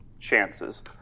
chances